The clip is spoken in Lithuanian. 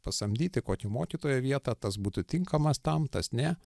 pasamdyti kokį mokytoją vietą tas būtų tinkamas tam tas ne